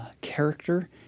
character